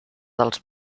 dels